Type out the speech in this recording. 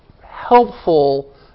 helpful